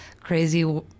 crazy